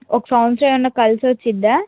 ఒక సంవత్సరం ఏమన్న కలిసి వచ్చిద్దా